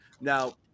Now